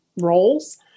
roles